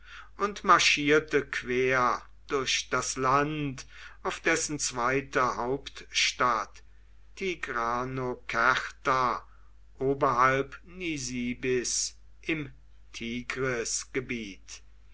und marschierte quer durch das land auf dessen zweite hauptstadt tigranokerta oberhalb nisibis im tigrisgebiet